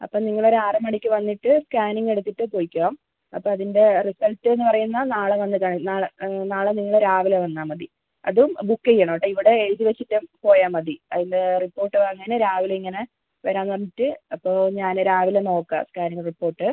അപ്പം നിങ്ങൾ ഒരു ആറ് മണിക്ക് വന്നിട്ട് സ്കാനിംഗ് എടുത്തിട്ട് പോയിക്കോ അപ്പം അതിൻ്റെ റിസൾട്ട് എന്ന് പറയുന്നത് നാളെ വന്ന് നാളെ നാളെ നിങ്ങൾ രാവില വന്നാൽ മതി അതും ബുക്ക് ചെയ്യണം കേട്ടോ ഇവിടെ എഴുതി വെച്ചിട്ട് പോയാൽ മതി അതിന്റെ റിപ്പോർട്ട് വാങ്ങാൻ രാവിലെ ഇങ്ങനെ വരാമെന്ന് പറഞ്ഞിട്ട് അപ്പോൾ ഞാൻ രാവിലെ നോക്കാം സ്കാനിംഗ് റിപ്പോർട്ട്